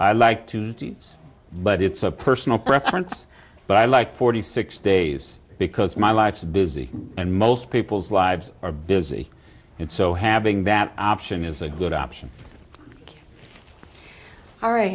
i like tuesdays but it's a personal preference but i like forty six days because my life's busy and most people's lives are busy and so having bad option is a good option all right